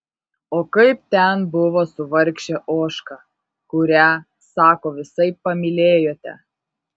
o kaip ten buvo su vargše ožka kurią sako visaip pamylėjote